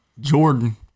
Jordan